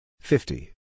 Fifty